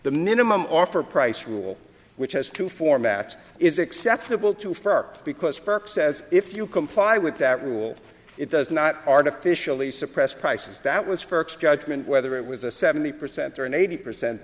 the minimum offer price rule which has two formats is acceptable to first because first says if you comply with that rule it does not artificially suppress prices that was for x judgment whether it was a seventy percent or an eighty percent